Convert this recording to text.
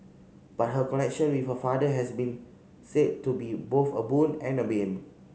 but her connection with her father has been said to be both a boon and a bane